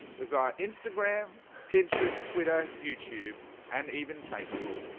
we've got instagram pinterest twitter youtube and even facebook.